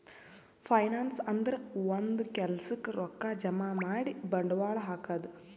finance ಅಂದ್ರ ಒಂದ್ ಕೆಲ್ಸಕ್ಕ್ ರೊಕ್ಕಾ ಜಮಾ ಮಾಡಿ ಬಂಡವಾಳ್ ಹಾಕದು